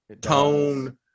tone